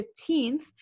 15th